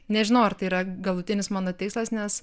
nežinau ar tai yra galutinis mano tikslas nes